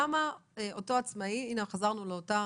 למה אותו עצמאי הינה, חזרנו לאותה